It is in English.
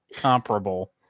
comparable